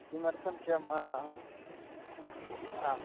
किमर्थं क्षमा आं